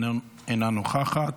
אינה נוכחת,